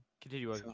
continue